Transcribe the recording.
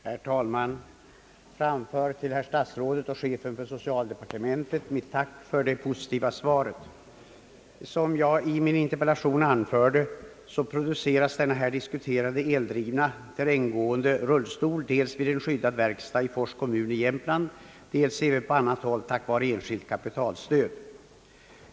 Herr talman! Jag ber att till herr statsrådet och chefen för socialdepartementet få framföra mitt tack för det positiva svaret, Såsom jag i min interpellation anförde produceras den här diskuterade eldrivna terränggående rullstolen dels vid en skyddad verkstad i Fors kommun i Jämtland, dels även på annat håll tack vare enskilt kapitalstöd.